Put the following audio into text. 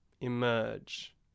emerge